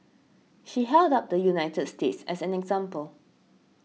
she held up the United States as an example